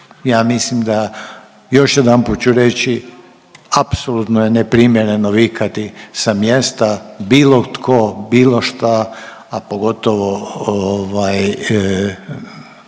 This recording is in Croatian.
ja mislim da još jedanput ću reći apsolutno je neprimjerno je vikati sa mjesta bilo tko, bilo šta, a pogotovo na